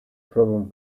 problem